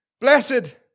Blessed